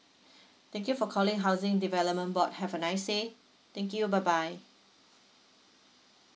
thank you for calling housing development board have a nice day thank you bye bye